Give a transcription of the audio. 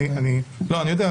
אני יודע,